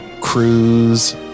cruise